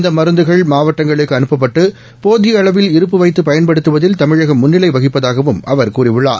இந்த மருந்துகள் மாவட்டங்களுக்கு அனுப்பப்பட்டு போதிய அளவில் இருப்பு வைத்து பயன்படுத்துவதில் தமிழகம் முன்னிலை வகிப்பதாகவும் அவர் கூறியுள்ளார்